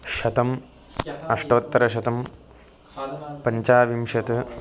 शतम् अष्टोत्तरशतं पञ्चविंशत्